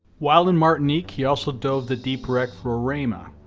while in martinique, he also dove the deep wreck, roraima,